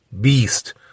beast